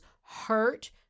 hurt